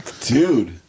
dude